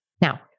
Now